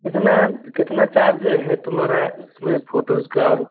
कितना कितना चार्ज है तुम्हारा उसमें फोटोज़ का और